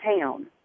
town